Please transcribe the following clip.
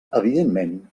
evidentment